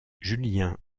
julien